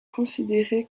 considéré